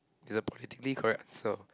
is a politically correct answer